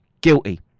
guilty